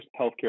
healthcare